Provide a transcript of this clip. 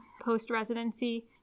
post-residency